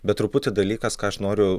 bet truputį dalykas ką aš noriu